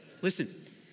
Listen